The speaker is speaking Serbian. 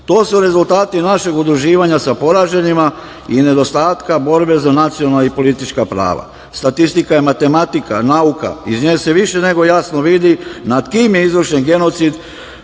To su rezultati našeg udruživanja sa poraženima i nedostatka borbe za nacionalna i politička prava. Statistika je matematika, nauka, iz nje se više nego jasno vidi nad kim je izvršen genocid